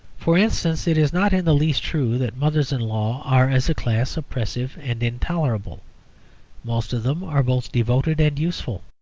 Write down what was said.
for instance, it is not in the least true that mothers-in-law are as a class oppressive and intolerable most of them are both devoted and useful.